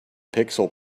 pixel